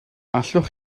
allwch